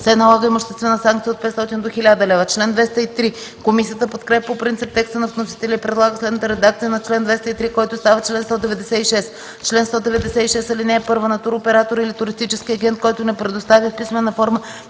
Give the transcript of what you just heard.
се налага имуществена санкция от 500 до 1000 лв.” Комисията подкрепя по принцип текста на вносителя и предлага следната редакция на чл. 203, който става чл. 196: „Чл. 196. (1) На туроператор или туристически агент, който не предостави в писмена форма